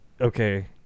okay